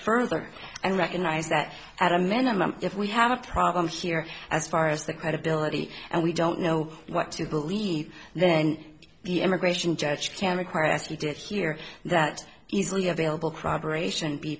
further and recognized that at a minimum if we have a problem here as far as the credibility and we don't know what to believe then the immigration judge can require as he did here that easily available crab aeration be